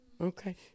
Okay